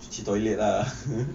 cuci toilet ah